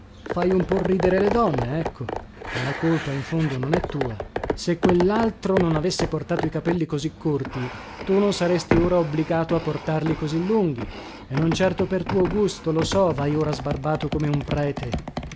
fai un po ridere le donne ecco ma la colpa in fondo non è tua se quellaltro non avesse portato i capelli così corti tu non saresti ora obbligato a portarli così lunghi e non certo per tuo gusto lo so vai ora sbarbato come un prete